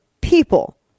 people